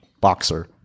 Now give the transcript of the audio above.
boxer